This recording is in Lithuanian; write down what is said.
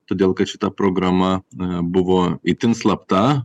todėl kad šita programa na buvo itin slapta